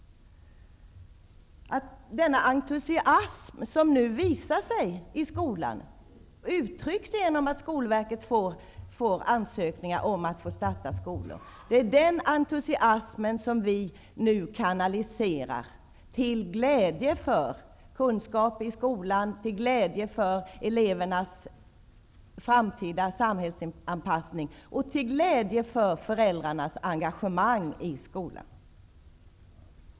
Den entusiasm som nu visar sig uttrycks i att skolverket får ansökningar om att få starta skolor. Det är den entusiasm som vi kanaliserar till glädje för kunskap i skolan, elevernas framtida samhällsanpassning och föräldrarnas engagemang i skolan.